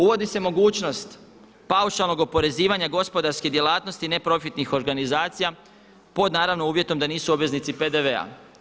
Uvodi se mogućnost paušalnog oporezivanja gospodarske djelatnosti neprofitnih organizacija pod naravno uvjetom da nisu obveznici PDV-a.